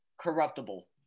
Corruptible